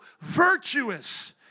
virtuous